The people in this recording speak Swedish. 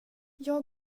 jag